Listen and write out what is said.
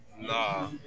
Nah